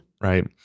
Right